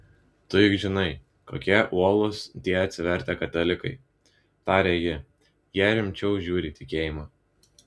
tu juk žinai kokie uolūs tie atsivertę katalikai tarė ji jie rimčiau žiūri į tikėjimą